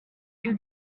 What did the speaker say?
your